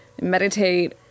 meditate